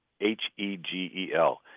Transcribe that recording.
H-E-G-E-L